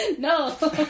No. (